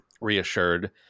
reassured